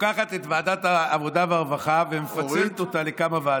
לוקחת את ועדת העבודה והרווחה ומפצלת אותה לכמה ועדות.